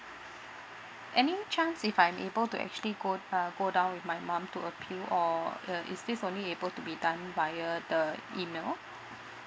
any chance if I'm able to actually go uh go down with my mum to appeal or err is this only able to be done via the email